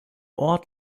ort